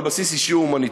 על בסיס אישי-הומניטרי.